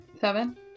seven